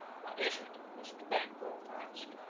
what is it? mr. bancroft asked.